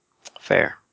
Fair